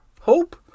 hope